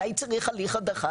מתי צריך הליך הדחה?